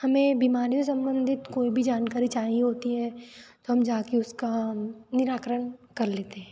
हमें बीमारियों से संबंधित कोई भी जानकारी चाहिए होती है तो हम जा कर उसका निराकरण कर लेते हैं